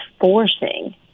forcing